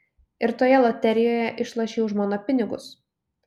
ir toje loterijoje išlošei už mano pinigus